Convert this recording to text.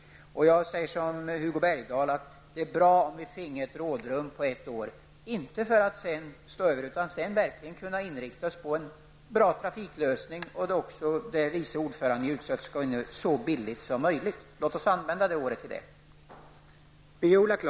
Jag säger som Hugo Bergdahl, nämligen att det vore bra om vi finge ett rådrum på ett år, för att sedan verkligen kunna inrikta oss på en bra trafiklösning som blir, vilket utskottets vice ordförande sade, så billig som möjligt. Låt oss använda året till detta.